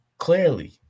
Clearly